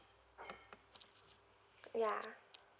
yeah